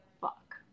fuck